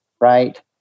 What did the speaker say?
right